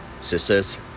sisters